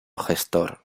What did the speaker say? gestor